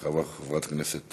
אחריו, חברת הכנסת